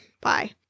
bye